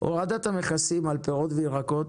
הורדת המכסים על פירות וירקות